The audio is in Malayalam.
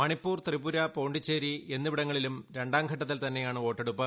മണിപ്പൂർ ത്രിപുര പോണ്ടിച്ചേരി എന്നിവിടങ്ങളിലും രണ്ടാംഘട്ടത്തിൽ തന്നെയാണ് വോട്ടെടുപ്പ്